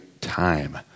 time